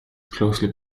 closely